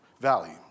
value